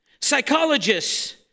psychologists